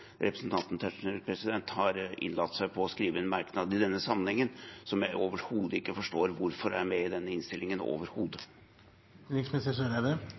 representanten Tetzschner har innlatt seg på å skrive en merknad i denne sammenhengen som jeg ikke forstår hvorfor er med i denne innstillingen